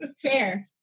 fair